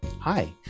Hi